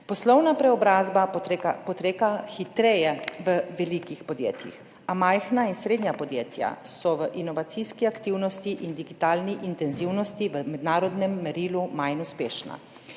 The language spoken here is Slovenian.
Poslovna preobrazba poteka hitreje v velikih podjetjih, a majhna in srednja podjetja so v inovacijski aktivnosti in digitalni intenzivnosti v mednarodnem merilu manj uspešna.